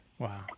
Wow